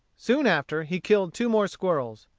soon after, he killed two more squirrels.